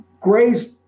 Gray's